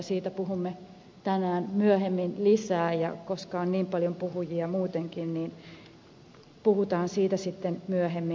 siitä puhumme tänään myöhemmin lisää ja koska on niin paljon puhujia muutenkin niin puhutaan siitä sitten myöhemmin